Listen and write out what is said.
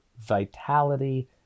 vitality